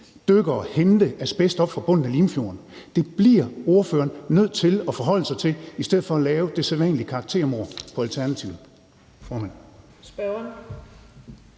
dykkere hente asbest op fra bunden af Limfjorden. Det bliver spørgeren nødt til at forholde sig til i stedet for at lave det sædvanlige karaktermord på Alternativet.